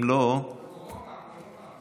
אם לא, קורונה.